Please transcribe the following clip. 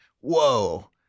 whoa